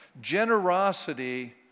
generosity